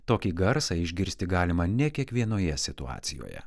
tokį garsą išgirsti galima ne kiekvienoje situacijoje